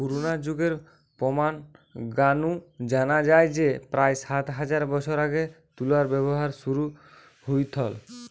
পুরনা যুগের প্রমান গা নু জানা যায় যে প্রায় সাত হাজার বছর আগে তুলার ব্যবহার শুরু হইথল